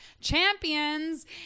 Champions